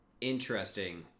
interesting